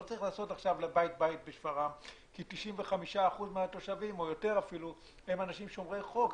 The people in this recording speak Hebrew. לא צריך לעבור בית בית בשפרעם כי 95% ויותר הם אנשים שומרי חוק.